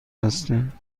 هستند